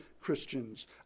Christians